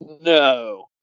no